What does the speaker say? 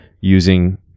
using